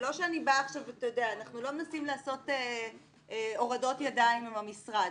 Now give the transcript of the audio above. אנחנו לא מנסים לעשות הורדות ידיים עם המשרד.